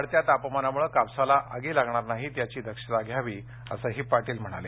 वाढत्या तापमानामुळे कापसाला आगी लागणार नाहीत याची दक्षता घ्यावी असंही पाटील म्हणाले